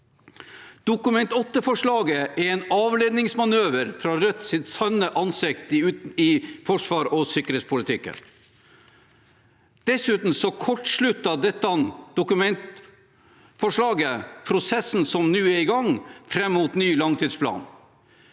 Dokument 8-forslaget er en avledningsmanøver fra Rødt sitt sanne ansikt i forsvars- og sikkerhetspolitikken. Dessuten kortslutter dette forslaget prosessen som nå er i gang for en ny langtidsplan.